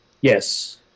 Yes